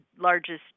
largest